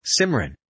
Simran